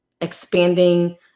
expanding